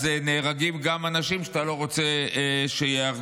אז נהרגים גם אנשים שאתה לא רוצה שייהרגו.